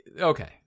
Okay